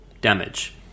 damage